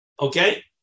Okay